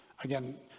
Again